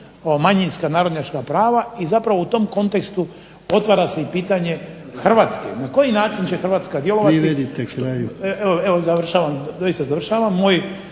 manjinska narodnjačka prava i zapravo u tom kontekstu otvara se i pitanje Hrvatske na koji način će Hrvatska djelovati. …/Upadica